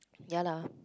ya lah